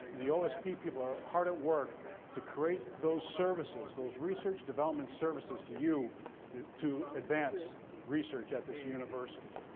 and the osp people are hard at work to create those services, those research development services, to you to to advance research at this university.